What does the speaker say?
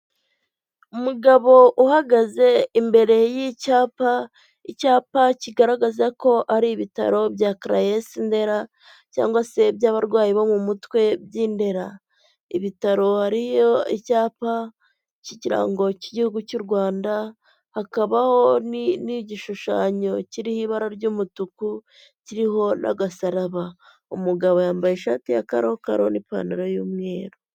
Umugabo uhagaze imbere y'icyapa, icyapa kigaragaza ko ari ibitaro bya Karayesi Ndera cyangwa se by'abarwayi bo mu mutwe by'indera. Ibitaro hariho icyapa cy'ikirango cy'igihugu cy'u Rwanda, hakabaho n'igishushanyo kiriho ibara ry'umutuku, kiriho n'agasaraba. Umugabo yambaye ishati y'akarokaro n'ipantaro y'umweru.